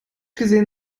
gesehen